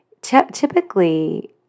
typically